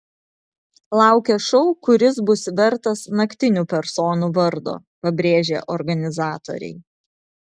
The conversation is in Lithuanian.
laukia šou kuris bus vertas naktinių personų vardo pabrėžė organizatoriai